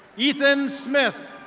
ethan smith.